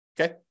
Okay